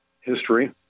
history